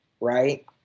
right